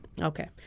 Okay